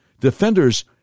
Defenders